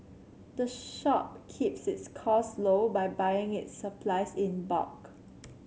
the shop keeps its cost low by buying its supplies in bulk